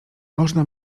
można